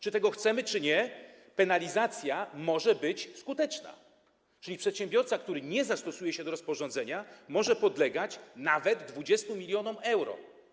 Czy tego chcemy, czy nie, penalizacja może być skuteczna, czyli przedsiębiorca, który nie zastosuje się do rozporządzenia, może podlegać nawet 20 mln euro.